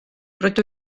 rydw